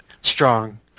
Strong